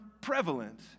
prevalent